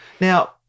Now